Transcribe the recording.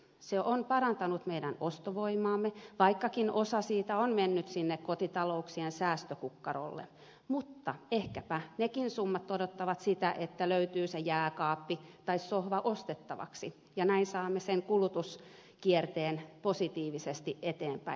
se on parantanut meidän ostovoimaamme vaikkakin osa siitä on mennyt sinne kotitalouksien säästökukkarolle mutta ehkäpä nekin summat odottavat sitä että löytyy se jääkaappi tai sohva ostettavaksi ja näin saamme sen kulutuskierteen positiivisesti eteenpäin